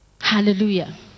Hallelujah